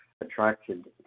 attracted